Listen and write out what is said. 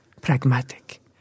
pragmatic